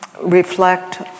reflect